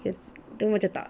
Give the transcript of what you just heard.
kita macam tak